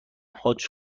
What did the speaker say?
حاج